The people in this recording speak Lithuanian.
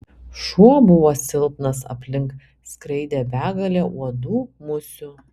šuo buvo silpnas aplink skraidė begalė uodų musių